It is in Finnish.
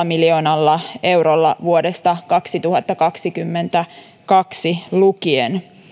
miljoonalla eurolla vuodesta kaksituhattakaksikymmentäkaksi lukien